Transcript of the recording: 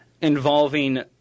involving